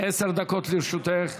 עשר דקות לרשותך.